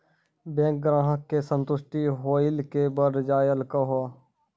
Bank ग्राहक के संतुष्ट होयिल के बढ़ जायल कहो?